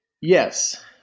Yes